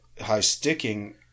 high-sticking